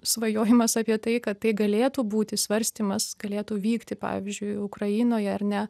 svajojimas apie tai kad tai galėtų būti svarstymas galėtų vykti pavyzdžiui ukrainoje ar ne